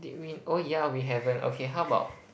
did we oh yeah we haven't okay how about